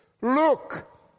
Look